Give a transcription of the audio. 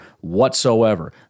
whatsoever